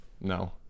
No